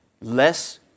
less